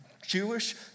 Jewish